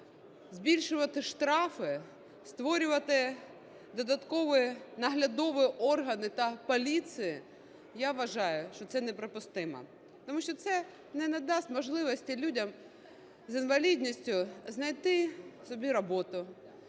збільшувати штрафи, створювати додаткові наглядові органи та поліції, я вважаю, що це неприпустимо. Тому що це не надасть можливості людям з інвалідністю знайти собі роботу,